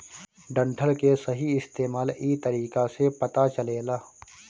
डंठल के सही इस्तेमाल इ तरीका से पता चलेला